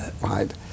right